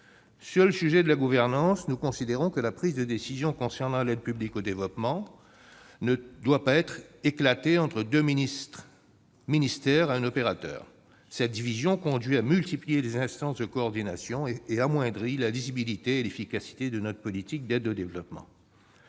S'agissant de la gouvernance, nous considérons que la prise de décisions en matière d'aide publique au développement ne doit pas être éclatée entre deux ministères et un opérateur : cette division conduit à multiplier les instances de coordination et amoindrit la lisibilité et l'efficacité de notre politique d'aide au développement.